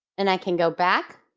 and i can go back